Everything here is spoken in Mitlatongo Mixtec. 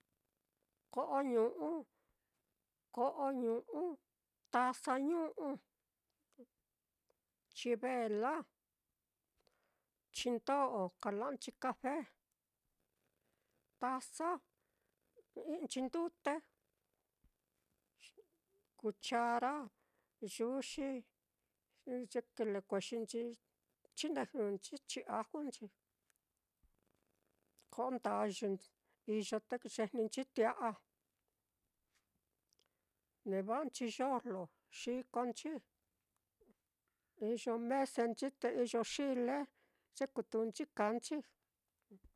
Ko'o ñu'u, ko'o ñu'u, taza ñu'u, chivela, chindo'o, kala'nchi cafe, taza i'inchi ndute, cuchara, yuxi, ye kilekuexinchi chinejɨꞌnchi, chiajunchi ko'o ndayɨ i-iyo te yejninchi tia'a, neva'anchi yojlo xikonchi, neva'anchi mese, te iyo xile ye kutunchi kaanchi.